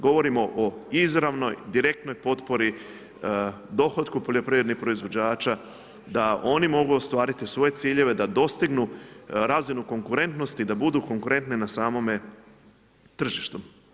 Govorimo o izravnoj, direktnoj potpori, dohotku poljoprivrednih proizvođača da oni mogu ostvariti svoje ciljeve da dostignu razinu konkurentnosti, da budu konkurentne na samome tržištu.